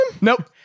Nope